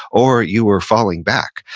or you were falling back.